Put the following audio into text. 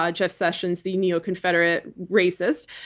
jeff sessions, the neo-confederate racist.